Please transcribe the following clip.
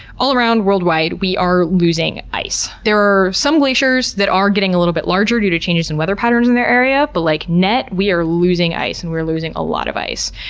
all around worldwide we are losing ice. there are some glaciers that are getting a little bit larger due to changes in weather patterns in their area, but like net, we are losing ice, and we're losing a lot of ice.